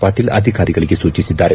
ಪಾಟೀಲ್ ಅಧಿಕಾರಿಗಳಿಗೆ ಸೂಚಿಸಿದ್ದಾರೆ